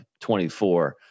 24